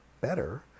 better